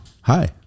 Hi